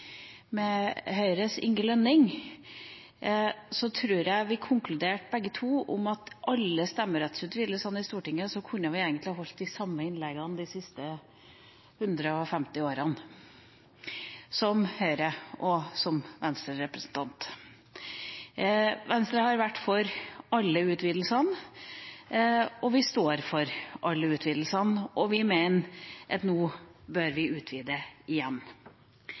Høyres Inge Lønning. Jeg tror vi begge to konkluderte med at ved alle stemmerettsutvidelsene i Stortinget kunne man som Høyre-representant eller som Venstre-representant egentlig ha holdt de samme innleggene de siste 150 årene. Venstre har vært for alle utvidelsene. Vi står for alle utvidelsene, og vi mener at nå bør vi utvide igjen.